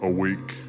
Awake